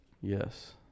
Yes